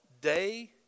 day